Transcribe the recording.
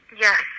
yes